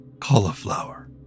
cauliflower